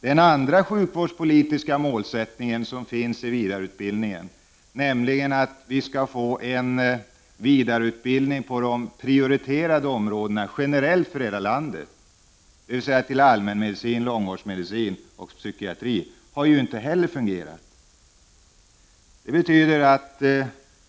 Den andra sjukvårdspolitiska målsättning som finns i vidareutbildningen, nämligen att vi generellt för hela landet skulle få en vidareutbildning på de prioriterade områdena, dvs. allmänmedicin, långvårdsmedicin och psykiatri, har inte heller fungerat.